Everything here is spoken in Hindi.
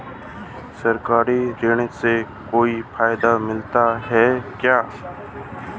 सरकारी ऋण से कोई फायदा मिलता है क्या?